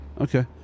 okay